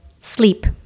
Sleep